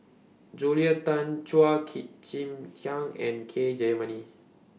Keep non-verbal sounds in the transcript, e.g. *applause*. Julia Tan Chua *unintelligible* Chim Kang and K Jayamani